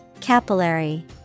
Capillary